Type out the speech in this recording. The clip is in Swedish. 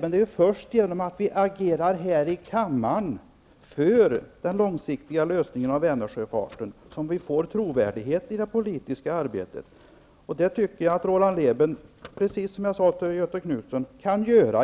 Men det är först genom att vi agerar här i riksdagen för den långsiktiga lösningen av Vänersjöfarten som vi får trovärdighet i det politiska arbetet. Jag tycker att Roland Lében kan göra det, precis som jag sade till Göthe Knutson,